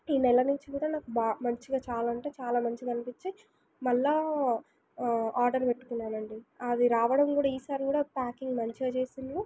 ఈ నెల నుంచి కూడా నాకు బా మంచిగా చాలా అంటే చాలా మంచిగా అనిపించి మళ్ళా ఆర్డర్ పెట్టుకున్నానండి అది రావడం కూడా ఈసారి కూడా ప్యాకింగ్ మంచిగా చేసిండ్రు